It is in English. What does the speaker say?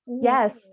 Yes